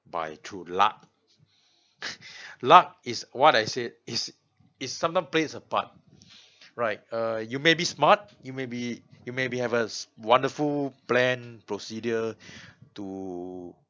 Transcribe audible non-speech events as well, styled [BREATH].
by through luck [LAUGHS] luck is what I said is is sometime plays a part [BREATH] right uh you may be smart you maybe you may be have a s~ wonderful plan procedure to